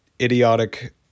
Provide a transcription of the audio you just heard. idiotic